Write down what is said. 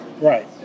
right